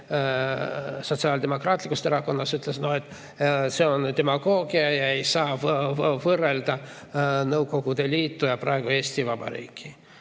Sotsiaaldemokraatlikust Erakonnast ütles, et see on demagoogia, et ei saa võrrelda Nõukogude Liitu ja praegust Eesti Vabariiki.